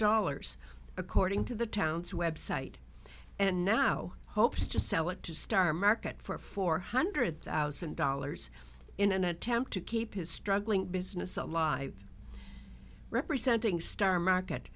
dollars according to the town's website and now hopes to sell it to star market for four hundred thousand dollars in an attempt to keep his struggling businesses alive representing star market